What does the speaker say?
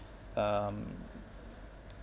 um